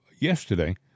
yesterday